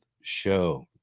show